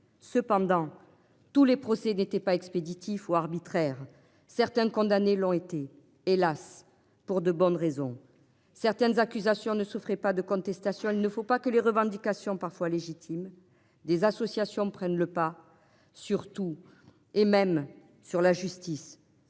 Cependant tous les procès n'était pas expéditive ou arbitraire, certaines condamné l'ont été hélas pour de bonnes raisons certaines accusations ne souffrait pas de contestation. Il ne faut pas que les revendications parfois légitimes des associations prennent le pas sur tout, et même sur la justice,